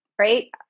right